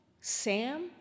Sam